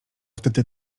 wtedy